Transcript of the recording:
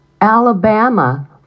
Alabama